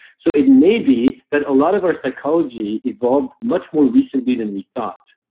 so, it may be that a lot of our psychology evolved much more recently than we thought,